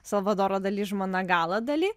salvadoro dali žmona gala dali